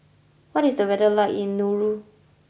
what is the weather like in Nauru